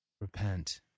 Repent